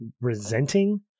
resenting